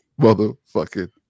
motherfucking